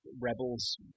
Rebels